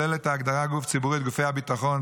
ההגדרה "גוף ציבורי" כוללת את גופי הביטחון,